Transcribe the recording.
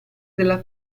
della